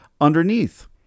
underneath